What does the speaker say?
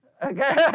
Okay